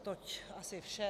Toť asi vše.